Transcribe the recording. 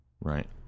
Right